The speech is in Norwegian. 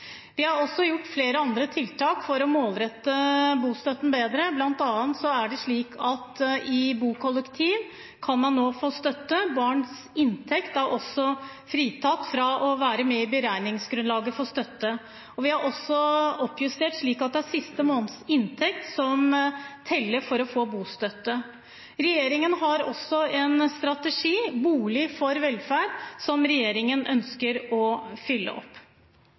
Vi har også gjort flere andre tiltak for å målrette bostøtten bedre. Blant annet er det slik at i bokollektiv kan man nå få støtte. Barns inntekt er fritatt fra å være med i beregningsgrunnlaget for støtte. Vi har også oppjustert, slik at det er siste måneds inntekt som teller for å få bostøtte. Regjeringen har også en strategi, Bolig for velferd, som man ønsker å